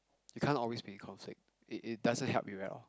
you can't always be in conflict it it doesn't help you at all